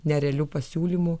nerealiu pasiūlymu